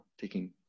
taking